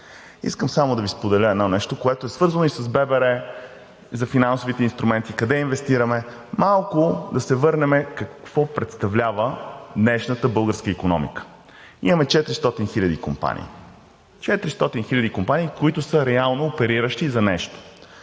Искам само да Ви споделя едно нещо, което е свързано и с ББР, за финансовите инструменти, къде инвестираме. Малко да се върнем – какво представлява днешната българска икономика. Имаме 400 хиляди компании, които са реално опериращи за нещо.